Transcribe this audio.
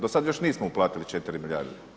Do sada još nismo uplatili 4 milijarde.